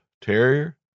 Terrier